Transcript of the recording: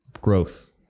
growth